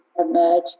emerge